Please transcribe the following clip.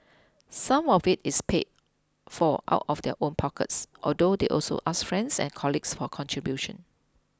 some of it is paid for out of their own pockets although they also ask friends and colleagues for contributions